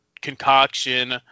concoction